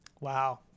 Wow